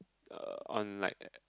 uh on like